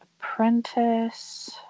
Apprentice